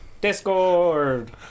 Discord